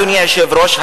אדוני היושב-ראש,